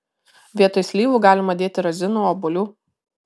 vietoj slyvų galima dėti razinų obuolių